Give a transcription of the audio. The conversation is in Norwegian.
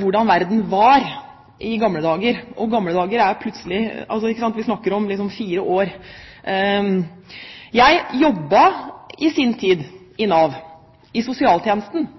hvordan verden var i gamle dager – og gamle dager er i dette tilfellet fire år. Jeg jobbet i sin tid i Nav – i sosialtjenesten.